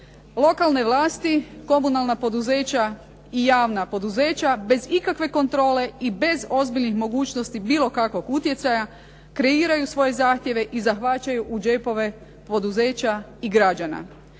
lokalne vlasti, komunalna poduzeća i javna poduzeća bez ikakve kontrole i bez ozbiljnih mogućnosti bilo kakvog utjecaja kreiraju svoje zahtjeve i zahvaćaju u džepove poduzeća i građana.